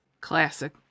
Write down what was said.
Classic